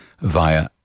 via